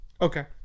Okay